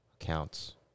accounts